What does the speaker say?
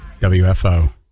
WFO